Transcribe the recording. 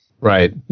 right